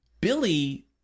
Billy